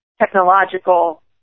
technological